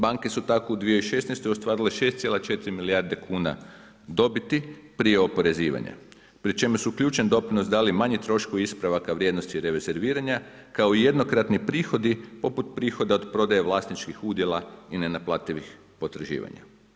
Banke su tako u 2016. ostvarile 6,4 milijarde kuna dobiti prije oporezivanja pri čemu su ključan doprinos dali manji troškovi ispravaka vrijednosti revezerviranja, kao i jednokratni prihodi poput prihoda od prodaje vlasničkih udjela i nenaplativih potraživanja.